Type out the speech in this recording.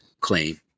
claim